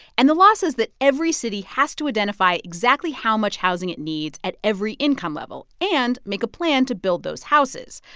and the law says that every city has to identify exactly how much housing it needs at every income level and make a plan to build those houses.